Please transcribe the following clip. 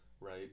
right